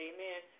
Amen